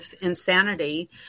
insanity